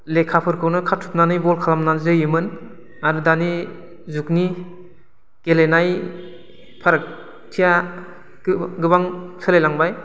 लेखाफोरखौनो खाथुमनानै बल खालामनानै जोयोमोन आरो दानि जुगनि गेलेनाय फारागथिया गोबां सोलायलांबाय